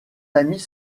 amis